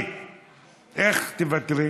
אורלי אבקסיס.